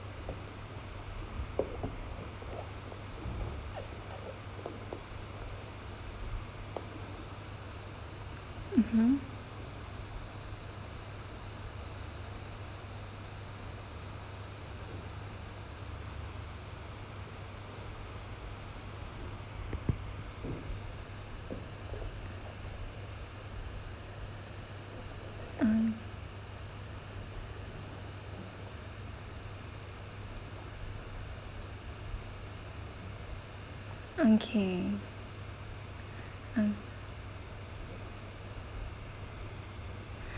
mmhmm uh okay uh